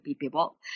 people